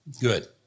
good